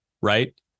right